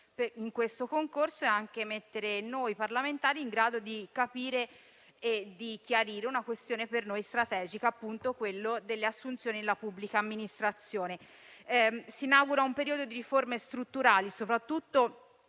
amministrazione, e mettere noi parlamentari in grado di capire e di chiarire una questione per noi strategica come quella riguardante le assunzioni nella pubblica amministrazione. Si inaugura un periodo di riforme strutturali soprattutto